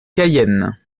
cayenne